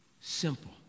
simple